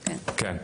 כן.